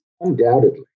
Undoubtedly